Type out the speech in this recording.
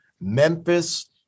Memphis